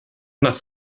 nach